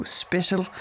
special